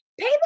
pay